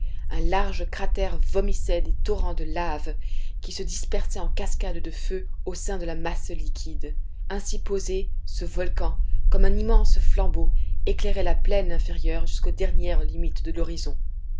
un large cratère vomissait des torrents de lave qui se dispersaient en cascade de feu au sein de la masse liquide ainsi posé ce volcan comme un immense flambeau éclairait la plaine inférieure jusqu'aux dernières limites de l'horizon